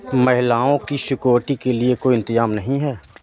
महिलाओं की सिक्योरिटी के लिए कोई इंतजाम नहीं है